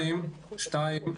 שתיים,